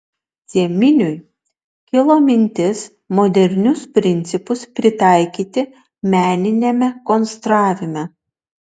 cieminiui kilo mintis modernius principus pritaikyti meniniame konstravime